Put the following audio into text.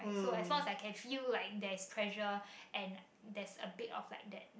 so as long as I can feel like there's pressure and there's a bit of like that that